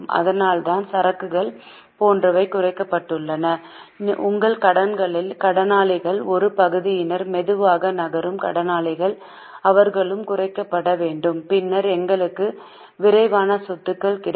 அதனால்தான் சரக்குகள் போன்றவை குறைக்கப்பட்டுள்ளன உங்கள் கடனாளிகளில் ஒரு பகுதியினர் மெதுவாக நகரும் கடனாளிகள் அவர்களும் குறைக்கப்பட வேண்டும் பின்னர் எங்களுக்கு விரைவான சொத்துக்கள் கிடைக்கும்